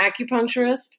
acupuncturist